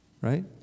Right